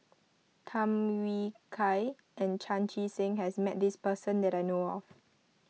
Tham Yui Kai and Chan Chee Seng has met this person that I know of